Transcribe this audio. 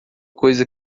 coisa